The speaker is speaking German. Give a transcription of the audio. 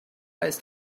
ist